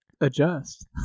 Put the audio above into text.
adjust